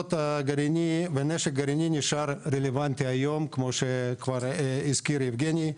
אסונות גרעיניים ונשק גרעיני נשאר רלוונטי היום כמו שכבר הזכיר יבגני,